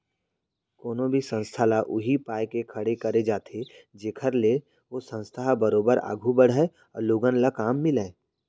कोनो भी संस्था ल उही पाय के खड़े करे जाथे जेखर ले ओ संस्था ह बरोबर आघू बड़हय अउ लोगन ल काम मिलय